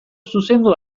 zuzendu